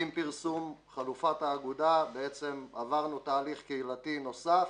עם פרסום חלופת האגודה בעצם עברנו תהליך קהילתי נוסף,